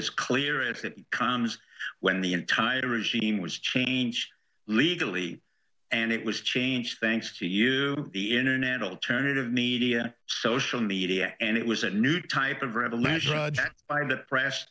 as clear as it comes when the entire regime was changed legally and it was changed thanks to you the internet alternative media social media and it was a new type of